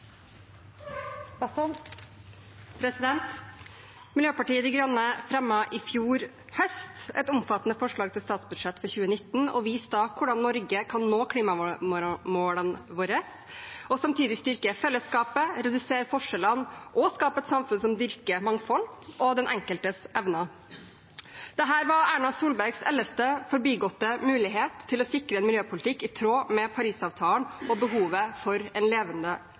Miljøpartiet De Grønne fremmet i fjor høst et omfattende forslag til statsbudsjett for 2019, og viste da hvordan Norge kan nå klimamålene sine og samtidig styrke fellesskapet, redusere forskjellene og skape et samfunn som dyrker mangfold og den enkeltes evner. Dette var Erna Solbergs ellevte forbigåtte mulighet til å sikre en miljøpolitikk i tråd med Parisavtalen og behovet for en levende